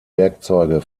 werkzeuge